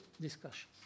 discussion